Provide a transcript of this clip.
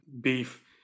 beef